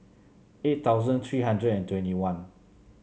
eight thousand three hundred and twenty one